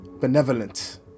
benevolent